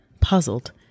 Puzzled